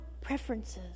preferences